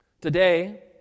today